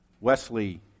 Wesley